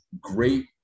great